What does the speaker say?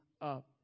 up